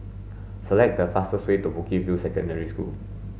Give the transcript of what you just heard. select the fastest way to Bukit View Secondary School